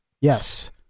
Yes